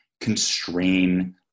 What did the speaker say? constrain